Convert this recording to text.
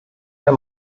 der